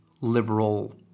liberal